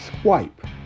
Swipe